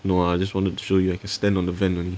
no I just wanted to show you I can stand on the vent only